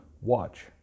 watch